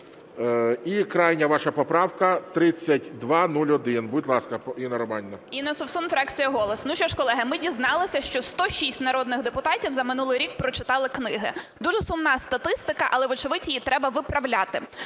І крайня ваша поправка 3201. Будь ласка, Інно Романівно. 11:41:03 СОВСУН І.Р. Інна Совсун, фракція "Голос". Ну, що ж, колеги, ми дізналися, що 106 народних депутатів за минулий рік прочитали книги. Дуже сумна статистика, але вочевидь її треба виправляти.